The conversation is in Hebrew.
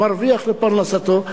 מרוויח לפרנסתו,